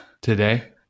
today